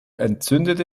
entzündete